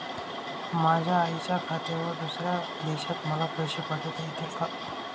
माझ्या आईच्या खात्यावर दुसऱ्या देशात मला पैसे पाठविता येतील का?